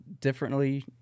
differently